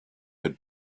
had